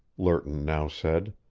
lerton now said.